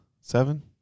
seven